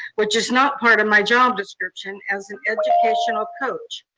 which is not part of my job description as an educational coach.